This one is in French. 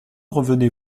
revenez